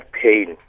pain